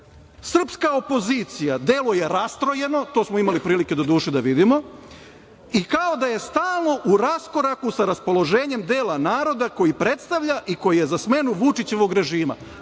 Srpska opozicija deluje rastrojeno, to smo imali prilike doduše da vidimo i kao da je stalno u raskoraku sa raspoloženjem dela naroda i predstavlja i koji je za smenu Vučićevog režima